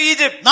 Egypt